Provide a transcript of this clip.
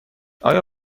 آیا